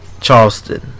Charleston